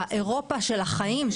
אירופה של החיים,